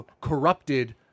corrupted